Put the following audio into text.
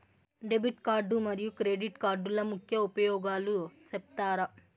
Debit card మరియు credit కార్డుల ముఖ్య ఉపయోగాలు సెప్తారా?